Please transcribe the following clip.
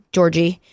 Georgie